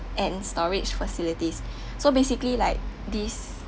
and storage facilities so basically like these